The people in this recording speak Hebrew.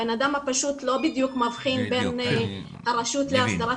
הבנאדם הפשוט לא בדיוק מבחין בין הרשות להסדרת